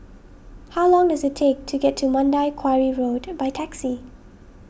how long does it take to get to Mandai Quarry Road by taxi